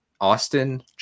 Austin